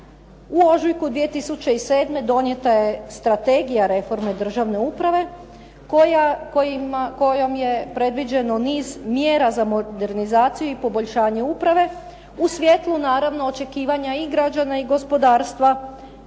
u opžujku 2007. donijeta je Strategija reforme države uprave kojom je predviđeno niz mjera za modernizaciju i poboljšanje uprave u svjetlo naravno očekivanja i građana i gospodarstva